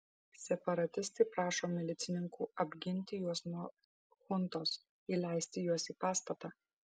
separatistai prašo milicininkų apginti juos nuo chuntos įleisti juos į pastatą